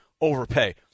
overpay